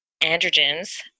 androgens